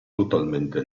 totalmente